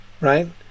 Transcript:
right